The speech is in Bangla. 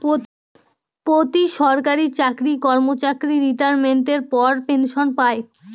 প্রতি সরকারি চাকরি কর্মচারী রিটাইরমেন্টের পর পেনসন পায়